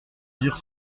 dire